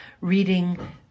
reading